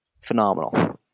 phenomenal